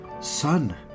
Son